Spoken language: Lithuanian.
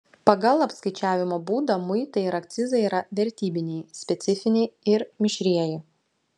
pagal apskaičiavimo būdą muitai ir akcizai yra vertybiniai specifiniai ir mišrieji